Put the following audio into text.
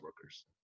workers